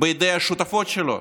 בידי השותפות שלו,